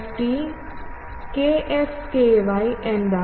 ft എന്താണ്